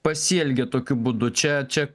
pasielgė tokiu būdu čia čia